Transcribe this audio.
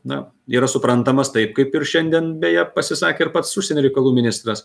na yra suprantamas taip kaip ir šiandien beje pasisakė ir pats užsienio reikalų ministras